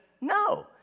No